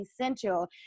essential